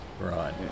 Right